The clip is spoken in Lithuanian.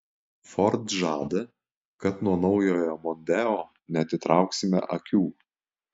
ford žada kad nuo naujojo mondeo neatitrauksime akių